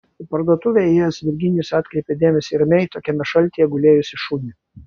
į parduotuvę ėjęs virginijus atkreipė dėmesį į ramiai tokiame šaltyje gulėjusį šunį